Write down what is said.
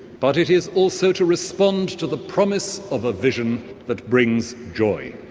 but it is also to respond to the promise of a vision that brings joy,